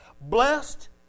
Blessed